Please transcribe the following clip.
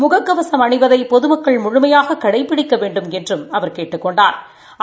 முக கவசம் அணிவதை பொதுமக்கள் முழுமையாக கடைபிடிக்க வேண்டுமென்றும் அவர் கேட்டுக் கொண்டாா்